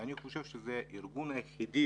ואני חושב שזה הארגון היחידי